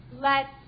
lets